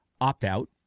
opt-out